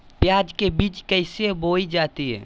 प्याज के बीज कैसे बोई जाती हैं?